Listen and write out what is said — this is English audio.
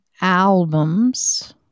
albums